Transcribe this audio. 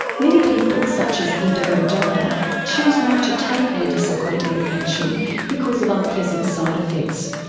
many people such as indigo daya choose not to take antipsychotic medication because of unpleasant side effects,